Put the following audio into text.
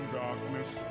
darkness